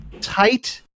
tight